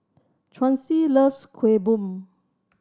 Chauncey loves Kueh Bom